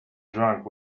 drunk